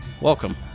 Welcome